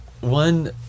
one